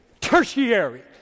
tertiary